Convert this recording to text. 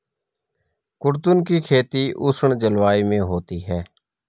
कुद्रुन की खेती उष्ण जलवायु में होती है